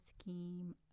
scheme